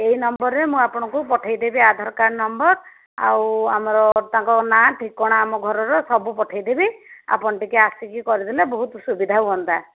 ଏଇ ନମ୍ବରରେ ମୁଁ ଆପଣଙ୍କୁ ପଠେଇଦେବି ଆଧାର କାର୍ଡ଼୍ ନମ୍ବର୍ ଆଉ ଆମର ତାଙ୍କର ନାଁ ଠିକଣା ଆମ ଘରର ସବୁ ପଠେଇଦେବି ଆପଣ ଟିକେ ଆସିକି କରିଦେଲେ ବହୁତ ସୁବିଧା ହୁଅନ୍ତା